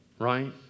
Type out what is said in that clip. right